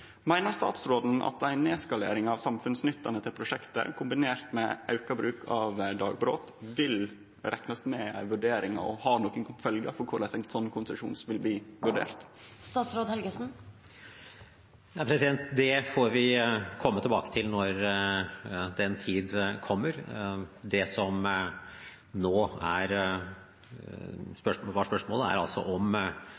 Meiner statsråden at ei nedskalering av prosjektet si samfunnsnytte kombinert med auka bruk av dagbrot vil reknast med i ei vurdering og ha følgjer for korleis ein slik konsesjon vil bli vurdert? Det får vi komme tilbake til når den tid kommer. Det som nå var spørsmålet, er